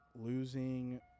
losing